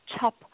top